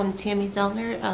um tami zellner,